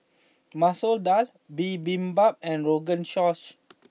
Masoor Dal Bibimbap and Rogan Josh